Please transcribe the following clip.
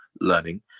learning